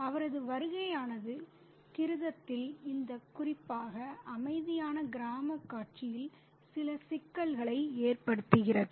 அவரது வருகையானது கிருத்தத்தில் இந்த குறிப்பாக அமைதியான கிராம காட்சியில் சில சிக்கல்களை ஏற்படுத்துகிறது